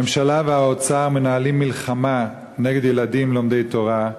הממשלה והאוצר מנהלים מלחמה נגד ילדים לומדי תורה,